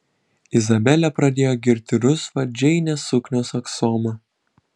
izabelė pradėjo girti rusvą džeinės suknios aksomą